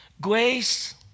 grace